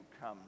come